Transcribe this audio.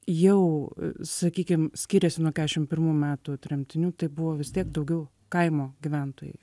jau sakykim skiriasi nuo keturiasdešimt pirmų metų tremtinių tai buvo vis tiek daugiau kaimo gyventojai